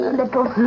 little